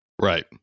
Right